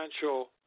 potential